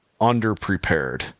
underprepared